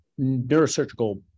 neurosurgical